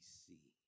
see